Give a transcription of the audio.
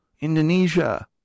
Indonesia